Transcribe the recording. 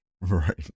Right